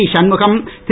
Shanmugam Thiru